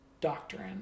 doctrine